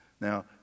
Now